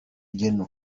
gen